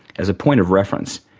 as a point of reference,